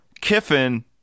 Kiffin